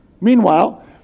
Meanwhile